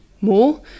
more